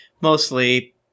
mostly –